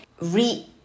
re